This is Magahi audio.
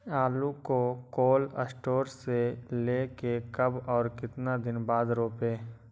आलु को कोल शटोर से ले के कब और कितना दिन बाद रोपे?